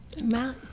Matt